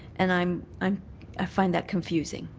and i'm i'm i find that confusing.